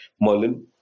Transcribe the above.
Merlin